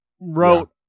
wrote